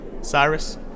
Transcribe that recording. Cyrus